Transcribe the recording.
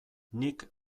nik